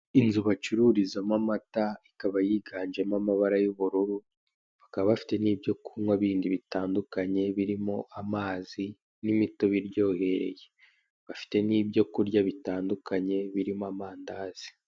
Inzu bacururizamo amata, ikaba yiganjemo amabara y'ubururu, bakaba bafite nibyo kunywa bindi bitandukanye birimo; amazi n'imitobe iryohereye. Bafite n'ibyo kurya bitandukanye birimo amandazi.